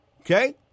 Okay